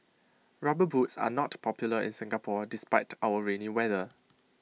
rubber boots are not popular in Singapore despite our rainy weather